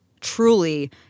truly